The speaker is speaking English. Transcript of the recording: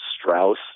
Strauss